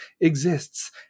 exists